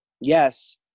Yes